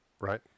Right